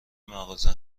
مغازه